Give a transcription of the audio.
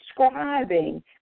describing